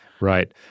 right